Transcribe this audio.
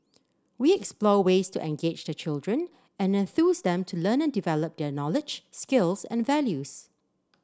we explore ways to engage the children and enthuse them to learn and develop their knowledge skills and values